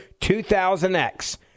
2000X